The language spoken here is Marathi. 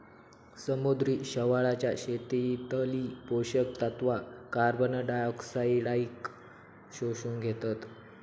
समुद्री शेवाळाच्या शेतीतली पोषक तत्वा कार्बनडायऑक्साईडाक शोषून घेतत